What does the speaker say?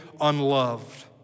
unloved